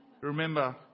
remember